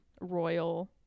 royal